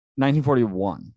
1941